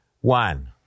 One